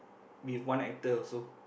with one actor also